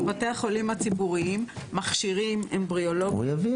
ובגלל שאין חדר מביאים אמבריולוגיות לעבוד